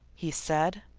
he said.